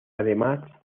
además